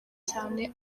cyane